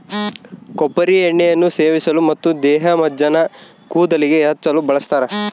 ಕೊಬ್ಬರಿ ಎಣ್ಣೆಯನ್ನು ಸೇವಿಸಲು ಮತ್ತು ದೇಹಮಜ್ಜನ ಕೂದಲಿಗೆ ಹಚ್ಚಲು ಬಳಸ್ತಾರ